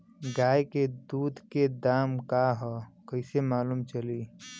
गाय के दूध के दाम का ह कइसे मालूम चली?